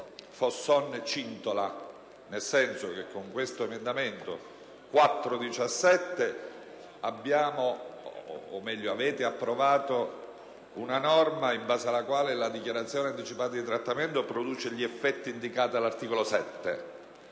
votato poco fa. Infatti, con quell'emendamento avete approvato una norma in base alla quale la dichiarazione anticipata di trattamento produce gli effetti indicati all'articolo 7,